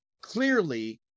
clearly